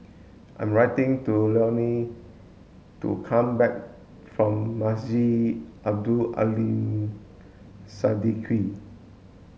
I'm writing to Leonie to come back from Masjid Abdul Aleem Siddique